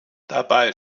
dabei